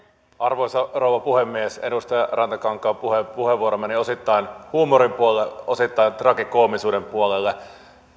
arvoisa rouva puhemies edustaja rantakankaan puheenvuoro puheenvuoro meni osittain huumorin puolelle osittain tragikoomisuuden puolelle